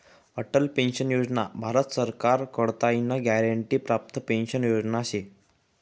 Atal pension योजना भारत सरकार कडताईन ग्यारंटी प्राप्त पेंशन योजना शे